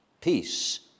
peace